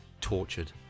tortured